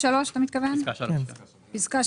פיצול.